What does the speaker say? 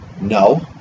No